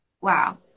Wow